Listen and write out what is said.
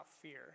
fear